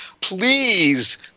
please